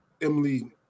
Emily